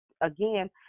again